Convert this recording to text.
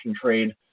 trade